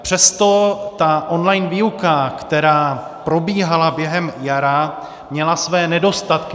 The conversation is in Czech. Přesto ta online výuka, která probíhala během jara, měla své nedostatky.